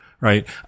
right